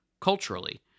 culturally